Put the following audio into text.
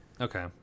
okay